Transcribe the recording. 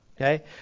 Okay